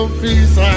peace